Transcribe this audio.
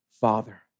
father